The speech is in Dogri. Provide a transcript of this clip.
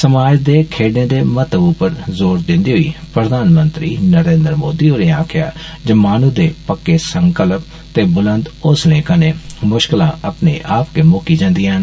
समाज दे खेड्डे दे महत्व पर ज़ोर दिन्दे होई प्रधानमंत्री नरेन्द्र मोदी होरें आक्खेआ माहनू दे पक्के संकल्प ते बुलंद हौंसले कन्नै मुष्कलां अपने आप गै मुक्की जंदियां न